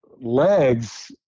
legs